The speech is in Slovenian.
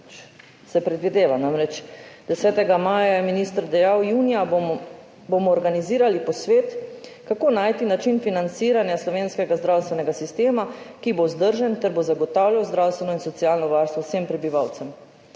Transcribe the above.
se predvideva. Namreč, 10. maja je minister dejal: »Junija bomo organizirali posvet, kako najti način financiranja slovenskega zdravstvenega sistema, ki bo vzdržen ter bo zagotavljal zdravstveno in socialno varstvo vsem prebivalcem.«